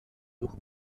durch